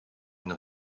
une